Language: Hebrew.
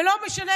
ולא משנה,